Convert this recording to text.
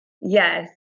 Yes